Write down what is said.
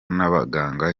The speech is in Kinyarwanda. n’abaganga